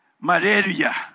malaria